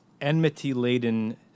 enmity-laden